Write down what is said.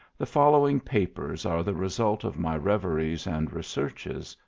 the following papers are the re sult of my reveries and researches,